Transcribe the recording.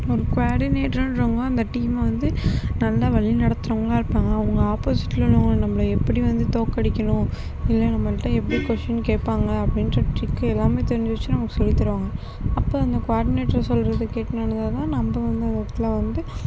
ஒரு குவார்டினேட்டர்ன்றவங்க அந்த டீமை வந்து நல்லா வழி நடத்தறவங்களா இருப்பாங்க அவங்க ஆப்போசிட்டில் உள்ளவங்க நம்மளை எப்படி வந்து தோற்கடிக்கணும் இல்லை நம்மள்ட்ட எப்படி கொஸ்டின் கேட்பாங்க அப்படின்ற ட்ரிக் எல்லாமே தெரிஞ்சு வச்சு நமக்கு சொல்லித் தருவாங்க அப்போது அந்த குவாடினேட்டர் சொல்றதை கேட்டு நடந்தால்தான் நம்ப வந்து ஒர்க்கில் வந்து